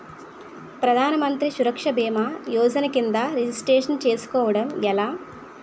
ప్రధాన మంత్రి సురక్ష భీమా యోజన కిందా రిజిస్టర్ చేసుకోవటం ఎలా?